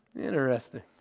interesting